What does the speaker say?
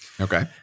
Okay